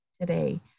today